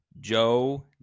Joe